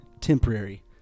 temporary